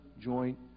joint